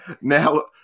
Now